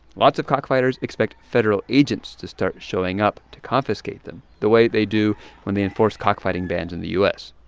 lots of cockfighters expect federal agents to start showing up to confiscate them, the way they do when they enforce cockfighting bans in the u s.